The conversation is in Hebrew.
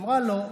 אמרה לו: